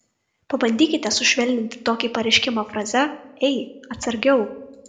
pabandykite sušvelninti tokį pareiškimą fraze ei atsargiau